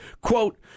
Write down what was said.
Quote